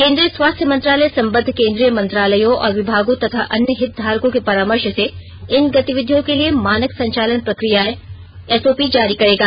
केंद्रीय स्वास्थ्य मंत्रालय सम्बद्ध केंद्रीय मंत्रालयों और विभागों तथा अन्य हितधारकों के परामर्श से इन गतिविधियों के लिए मानक संचालन प्रक्रियाएं एसओपी जारी करेगा